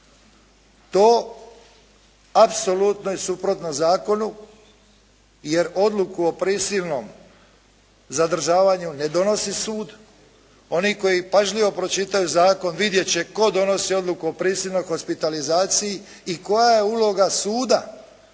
To apsolutno je suprotno zakonu jer odluku o prisilnom zadržavanju ne donosi sud, oni koji pažljivo pročitaju zakon vidjeti će tko donosi odluku o prisilnoj hospitalizaciji i koja je uloga suda